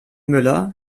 müller